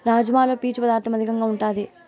రాజ్మాలో పీచు పదార్ధం అధికంగా ఉంటాది